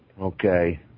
Okay